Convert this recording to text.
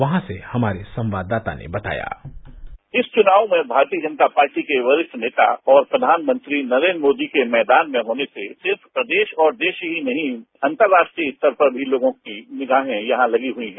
वहां से हमारे संवाददाता ने बताया इस चुनाव में भारतीय जनता पार्टी के वरिष्ठ नेता और प्रधानमंत्री नरेन्द्र मोदी के मैदान में होने से सिर्फ प्रदेश और देश ही नही अंतर्राष्ट्रीय स्तर भी पर लोगो की निगाहें भी यहां लगी हुई हैं